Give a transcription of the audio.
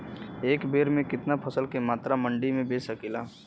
एक बेर में कितना फसल के मात्रा मंडी में बेच सकीला?